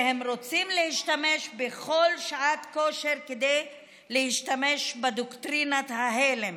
שהם רוצים להשתמש בכל שעת כושר כדי להשתמש בדוקטרינת ההלם